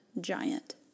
giant